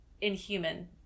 inhuman